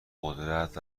قدرت